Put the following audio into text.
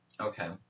Okay